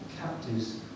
captives